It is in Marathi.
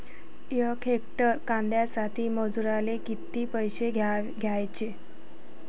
यक हेक्टर कांद्यासाठी मजूराले किती पैसे द्याचे?